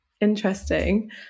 Interesting